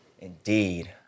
Indeed